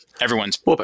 everyone's